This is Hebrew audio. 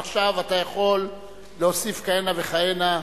עכשיו אתה יכול להוסיף כהנה וכהנה,